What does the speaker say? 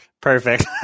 Perfect